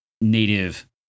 native